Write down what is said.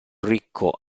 ricco